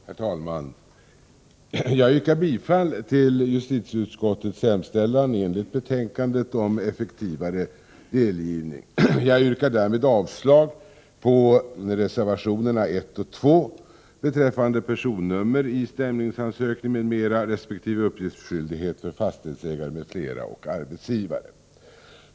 Herr talman! Jag yrkar bifall till justitieutskottets hemställan i betänkandet om effektivare delgivning. Jag yrkar därmed avslag på reservationerna 1 och 2 beträffande personnummer i stämningsansökning m.m. resp. upplysningsskyldighet för fastighetsägare m.fl. och arbetsgivare.